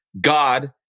God